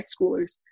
schoolers